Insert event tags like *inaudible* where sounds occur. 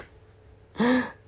*breath*